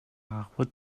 авахад